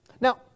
Now